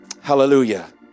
hallelujah